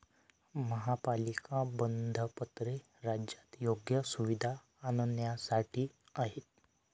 महापालिका बंधपत्रे राज्यात योग्य सुविधा आणण्यासाठी आहेत